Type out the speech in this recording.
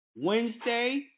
Wednesday